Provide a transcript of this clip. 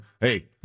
hey